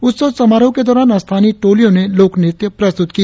उत्सव समारोह के दौरा स्थानीय टोलियों ने लोकनृत्य प्रस्तुत किया